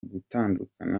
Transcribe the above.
gutandukana